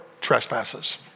trespasses